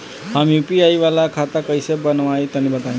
हम यू.पी.आई वाला खाता कइसे बनवाई तनि बताई?